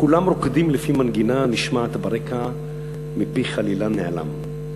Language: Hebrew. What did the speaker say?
כולם רוקדים לפי מנגינה הנשמעת ברקע מפי חלילן נעלם.